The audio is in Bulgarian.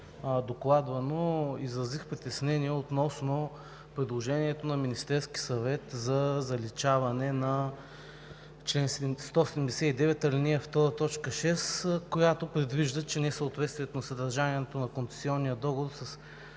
докладвано, изразих притеснение относно предложението на Министерския съвет за заличаване на чл. 179, ал. 2, т. 6, която предвижда, че несъответствието на съдържанието на концесионния договор